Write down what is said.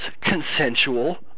consensual